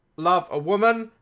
love a woman,